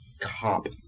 Cop